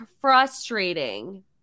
frustrating